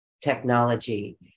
technology